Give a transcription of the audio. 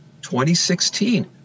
2016